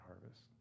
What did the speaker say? harvest